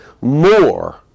more